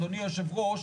אדוני היושב-ראש,